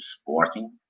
sporting